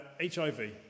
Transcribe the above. HIV